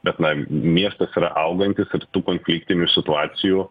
bet na miestas yra augantis ir tų konfliktinių situacijų